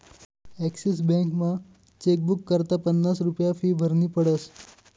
Axis बॅकमा chequebook करता पन्नास रुप्या फी भरनी पडस